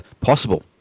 possible